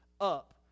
up